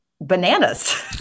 bananas